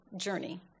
journey